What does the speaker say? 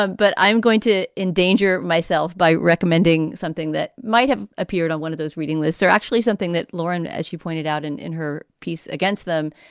ah but i am going to endanger myself by recommending something that might have appeared on one of those reading lists are actually something that lauren, as you pointed out and in her piece against them,